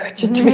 ah just to be